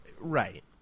Right